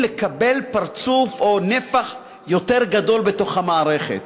לקבל פרצוף או נפח יותר גדול בתוך המערכת,